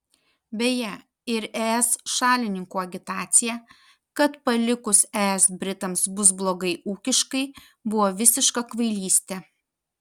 beje ir es šalininkų agitacija kad palikus es britams bus blogai ūkiškai buvo visiška kvailystė